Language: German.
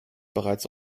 bereits